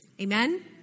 Amen